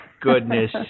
goodness